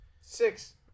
Six